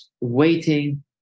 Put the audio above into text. waiting